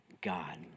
God